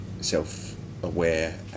self-aware